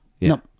No